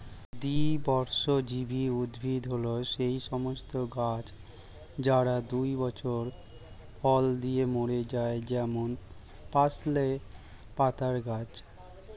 দ্বিবর্ষজীবী উদ্ভিদ হল সেই সমস্ত গাছ যারা দুই বছর ফল দিয়ে মরে যায় যেমন পার্সলে পাতার গাছ